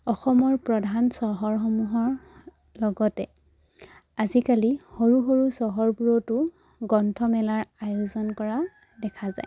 অসমৰ প্ৰধান চহৰসমূহৰ লগতে আজিকালি সৰু সৰু চহৰবোৰতো গ্ৰন্থমেলাৰ আয়োজন কৰা দেখা যায়